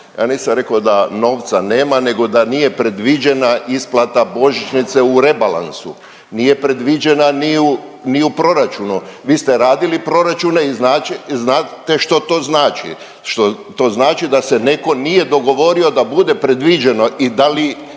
Ja nisam rekao da novca nema, nego da nije predviđena isplata božićnice u rebalansu. Nije predviđena ni u proračunu. Vi ste radili proračune i znate što to znači, to znači da netko nije dogovorio da bude predviđeno i da li